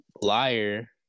Liar